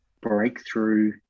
breakthrough